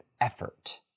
effort